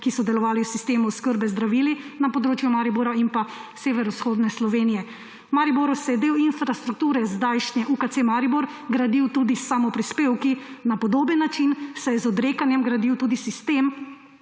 ki so delovali v sistemu oskrbe z zdravili na področju Maribora in severovzhodne Slovenije. V Mariboru se je del infrastrukture zdajšnjega UKC Maribor gradil tudi s samoprispevki, na podoben način se je z odrekanjem gradil tudi sistem